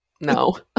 No